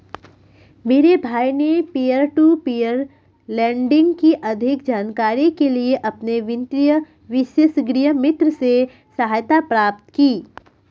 मेरे भाई ने पियर टू पियर लेंडिंग की अधिक जानकारी के लिए अपने वित्तीय विशेषज्ञ मित्र से सहायता प्राप्त करी